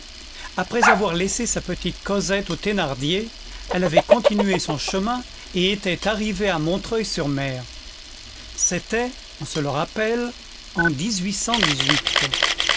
après avoir laissé sa petite cosette aux thénardier elle avait continué son chemin et était arrivée à montreuil sur mer c'était on se le rappelle en